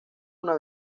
una